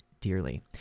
dearly